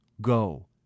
Go